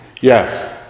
yes